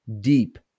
deep